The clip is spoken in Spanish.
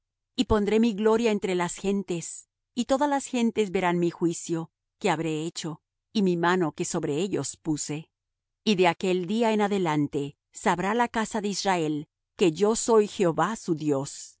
y pondré mi gloria entre las gentes y todas las gentes verán mi juicio que habré hecho y mi mano que sobre ellos puse y de aquel día en adelante sabrá la casa de israel que yo soy jehová su dios